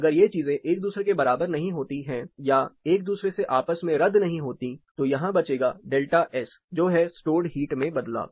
अगर ये चीजें एक दूसरे के बराबर नहीं होती है या एक दूसरे से आपस में रद्द नहीं होती तो यहां बचेगा डेल्टा एस जो है स्टॉर्ड हीट में बदलाव